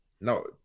No